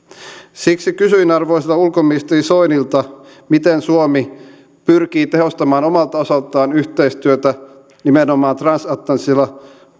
siksi kysyin arvoisalta ulkoministeri soinilta miten suomi pyrkii tehostamaan omalta osaltaan yhteistyötä nimenomaan transatlanttisilla